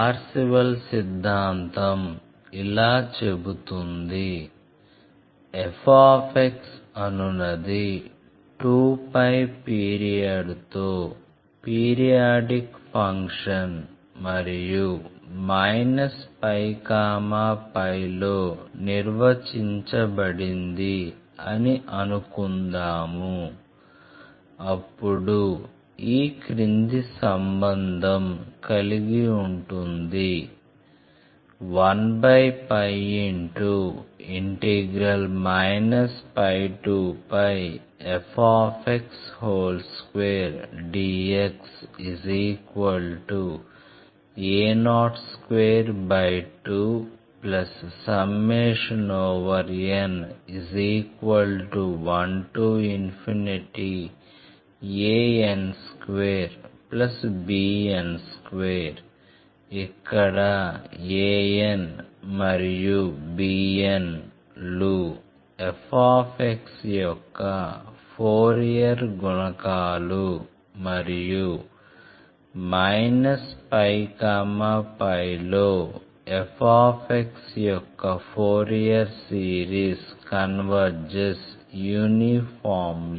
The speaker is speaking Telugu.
పార్శివల్ సిద్ధాంతం ఇలా చెబుతుంది f అనునది 2π పీరియడ్ తో పీరియాడిక్ ఫంక్షన్ మరియు π π లో నిర్వచించబడింది అని అనుకుందాము అప్పుడు ఈ క్రింది సంబంధం కలిగి ఉంటుంది 1 πf2dxa022n1an2bn2 ఇక్కడ an మరియు bn లు f యొక్క ఫోరియర్ గుణకాలు మరియు ππ లో f యొక్క ఫోరియర్ సిరీస్ కన్వెర్జెస్ యూనిఫార్మ్లి